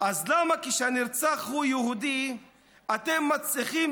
אז למה כשהנרצח הוא יהודי אתם מצליחים